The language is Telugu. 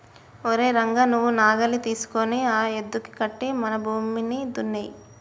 ఓరై రంగ నువ్వు నాగలి తీసుకొని ఆ యద్దుకి కట్టి మన భూమిని దున్నేయి